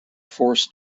forced